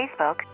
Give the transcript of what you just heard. Facebook